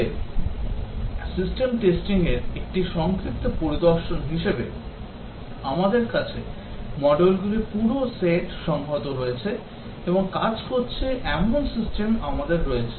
তবে সিস্টেম টেস্টিংয়ের একটি সংক্ষিপ্ত পরিদর্শন হিসাবে আমাদের কাছে মডিউলগুলির পুরো set সংহত হয়েছে এবং কাজ করছে এমন সিস্টেম আমাদের রয়েছে